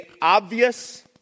obvious